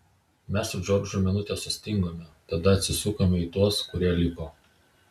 mes su džordžu minutę sustingome tada atsisukome į tuos kurie liko